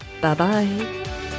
Bye-bye